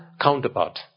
counterpart